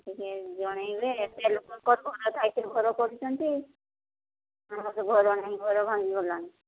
ଟିକେ ଜଣାଇବେ ଏତେ ଲୋକଙ୍କର ଘର ଥାଇକି ଘର କରୁଛନ୍ତି ଆମର ତ ଘର ନାହିଁ ଘର ଭାଙ୍ଗି ଗଲାଣି